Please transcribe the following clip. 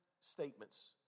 statements